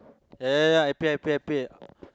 ya ya ya I pay I pay I pay